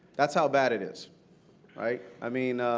that's how bad it is right? i mean,